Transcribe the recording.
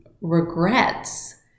regrets